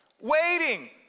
waiting